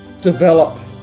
develop